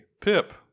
Pip